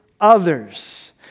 others